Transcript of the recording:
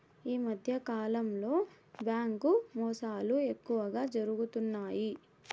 ఈ మధ్యకాలంలో బ్యాంకు మోసాలు ఎక్కువగా జరుగుతున్నాయి